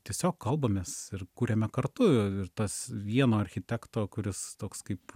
tiesiog kalbamės ir kuriame kartu ir tas vieno architekto kuris toks kaip